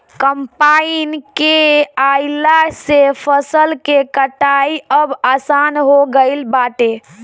combine के आइला से फसल के कटाई अब आसान हो गईल बाटे